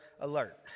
alert